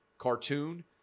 cartoon